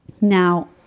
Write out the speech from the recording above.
Now